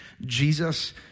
Jesus